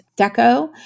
Deco